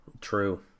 True